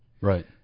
Right